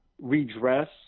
Redress